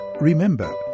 Remember